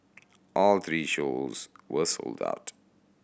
all three shows were sold out